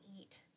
eat